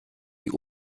sie